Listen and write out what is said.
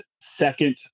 second